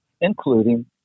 including